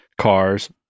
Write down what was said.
cars